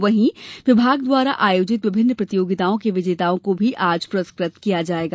वहीं विभाग द्वारा आयोजित विभिन्न प्रतियोगिताओं के विजेताओं को आज पुरस्कृत भी किया जायेगा